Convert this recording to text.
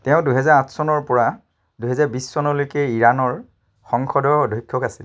তেওঁ দুহেজাৰ আঠ চনৰ পৰা দুহেজাৰ বিছ চনলৈকে ইৰাণৰ সংসদৰ অধ্যক্ষ আছিল